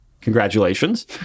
congratulations